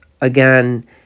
Again